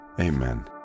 amen